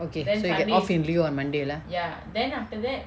okay so we get off in lieu on monday lah